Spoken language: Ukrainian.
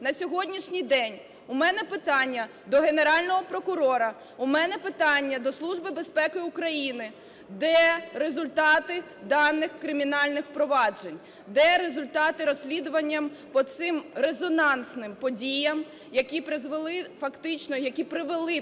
На сьогоднішній день у мене питання до Генерального прокурора, у мене питання до Служби безпеки України: де результати даних кримінальних проваджень? Де результати розслідування по цим резонансним подіям, які призвели